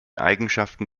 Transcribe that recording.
eigenschaften